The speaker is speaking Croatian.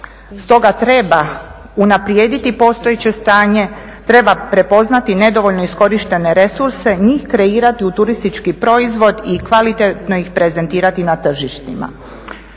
Stoga treba unaprijediti postojeće stanje, treba prepoznati nedovoljno iskorištene resurse, njih kreirati u turistički proizvod i kvalitetno ih prezentirati na tržištima.